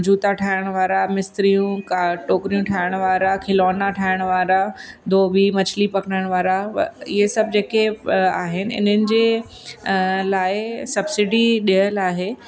जूता ठाहिण वारा मिस्त्रियूं का टोकिरियूं ठाहिण वारा खिलौना ठाहिण वारा धोबी मछिली पकिड़ण वारा व इहे सभु जेके आहिनि इन्हनि जे लाइ सब्सिडी ॾियल आहे